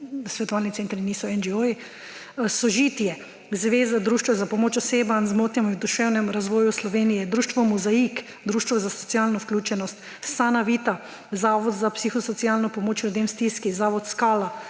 svetovalni centri niso NGO-ji; Sožitje – Zveza društev za pomoč osebam z motnjami v duševnem razvoju Slovenije; Društvo Mozaik – Društvo za socialno vključenost, Sana Vita, Zavod za psihosocialno pomoč ljudem v stiski; Zavod skala;